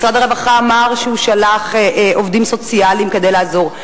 משרד הרווחה אמר שהוא שלח עובדים סוציאליים כדי לעזור.